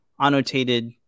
annotated